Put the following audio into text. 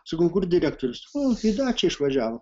sakau kur direktorius a į dačią išvažiavo